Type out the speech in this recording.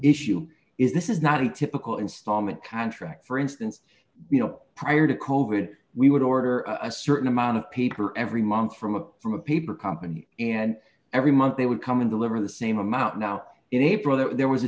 issue is this is not a typical installment contract for instance you know prior to colored we would order a certain amount of paper every month from a from a paper company and every month they would come and deliver the same amount now in april there was a